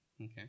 okay